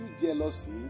jealousy